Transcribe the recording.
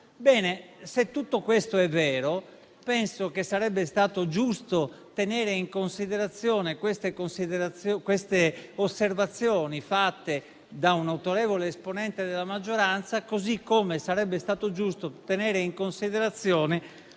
se tutto ciò è vero, penso che sarebbe stato giusto tenere in considerazione le osservazioni svolte da un autorevole esponente della maggioranza; così come sarebbe stato giusto tenere in considerazione